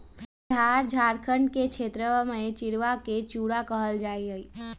बिहार झारखंड के क्षेत्रवा में चिड़वा के चूड़ा कहल जाहई